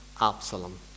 Absalom